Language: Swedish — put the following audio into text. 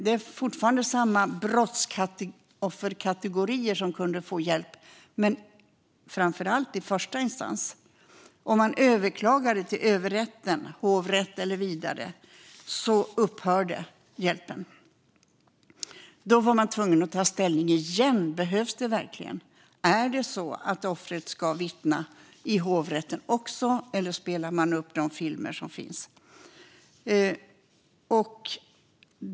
Det är fortfarande samma brottsofferkategorier som kan få hjälp, men framför allt i första instans. Om man överklagar till överrätten - hovrätt eller vidare - upphör hjälpen. Man var då tvungen att ta ställning igen - behövs det här verkligen? Är det så att offret ska vittna i hovrätten också, eller ska man spela upp de filmer som finns?